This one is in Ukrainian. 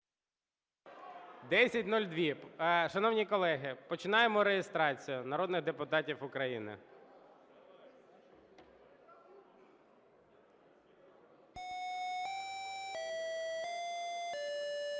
10:02. Шановні колеги, починаємо реєстрацію народних депутатів України. 10:02:20 В залі